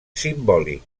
simbòlic